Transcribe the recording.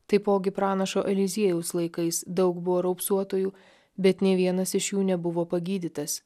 taipogi pranašo eliziejaus laikais daug buvo raupsuotųjų bet nė vienas iš jų nebuvo pagydytas